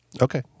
Okay